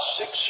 six